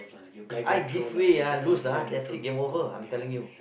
If I give way ah lose ah that's it game over I'm telling you